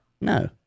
No